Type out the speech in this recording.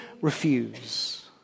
refuse